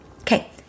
Okay